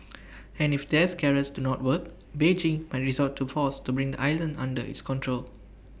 and if there's carrots do not work Beijing might resort to force to bring the island under its control